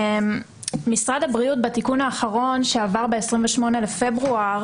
משרד הבריאות, בתיקון האחרון שעבר ב-28 בפברואר,